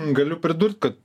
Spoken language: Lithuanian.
galiu pridurti ka